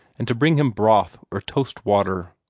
and to bring him broth or toast-water.